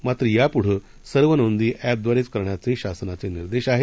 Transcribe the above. मात्र यापुढं सर्व नोंदी एपद्वारेच करण्याचे शासनाचे निर्देश आहेत